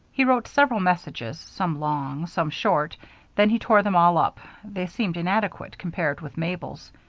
he wrote several messages, some long, some short then he tore them all up they seemed inadequate compared with mabel's.